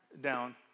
down